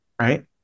right